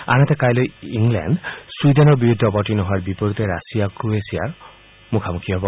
আনহাতে কাইলৈ ইংলেণ্ড ছুইডেনৰ বিৰুদ্ধে অবতীৰ্ণ হোৱাৰ বিপৰীতে ৰাছিয়া ক্ৰৱেছিয়াৰ সমুখীন হ'ব